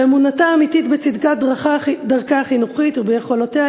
באמונתה האמיתית בצדקת דרכה החינוכית וביכולותיה